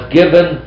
given